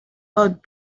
about